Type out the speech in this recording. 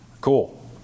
cool